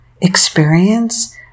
experience